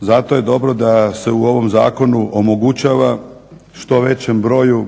Zato je dobro da se u ovom zakonu omogućava što većem broju